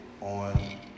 on